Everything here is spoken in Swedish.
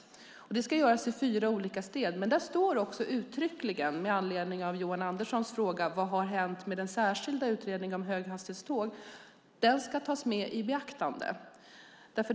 Detta ska göras i fyra olika steg. Med anledning av Johan Anderssons fråga om vad som har hänt med den särskilda utredningen om höghastighetståg vill jag säga att där också uttryckligen står att den ska tas i beaktande.